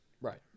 right